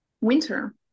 winter